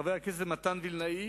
חבר הכנסת מתן וילנאי